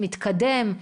מתקדם?